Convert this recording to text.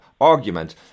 argument